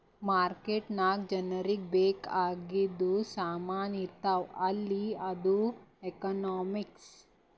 market ನಾಗ್ ಜನರಿಗ ಬೇಕ್ ಆಗಿದು ಸಾಮಾನ್ ಇರ್ತಾವ ಅಲ್ಲ ಅದು ಎಕನಾಮಿಕ್ಸ್